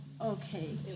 okay